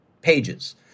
pages